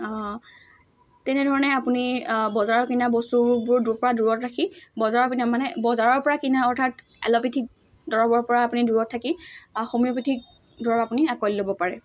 তেনেধৰণে আপুনি বজাৰৰ কিনা বস্তুবোৰ পৰা দূৰত ৰাখি বজাৰৰ পিনে মানে বজাৰৰ পৰা কিনা অৰ্থাৎ এল'পেথিক দৰৱৰ পৰা আপুনি দূৰত থাকি হোমিঅ'পেথিক দৰৱ আপুনি আঁকোৱালি ল'ব পাৰে